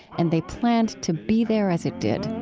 and they planned to be there as it did